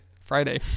friday